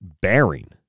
bearing